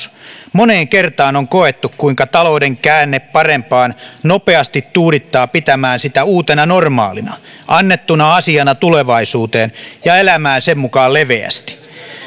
moneen kertaan on koettu kuinka talouden käänne parempaan nopeasti tuudittaa pitämään sitä uutena normaalina annettuna asiana tulevaisuuteen ja elämään sen mukaan leveästi